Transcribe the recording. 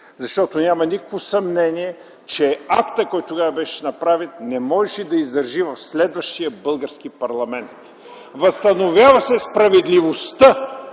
защото няма никакво съмнение, че актът, който тогава беше направен, не може да издържи в следващия български парламент. Възстановява се справедливостта